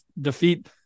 defeat